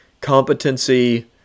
competency